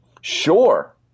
Sure